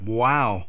wow